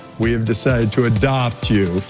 we have decided to adopt you.